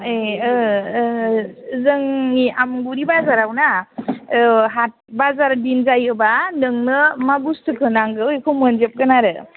ए ओ ओ जोंनि आमगुरि बाजारावना औ बाजार दिन जायोबा नोंनो मा बुस्तुखौ नांगौ बेखौ मोनजोबगोन आरो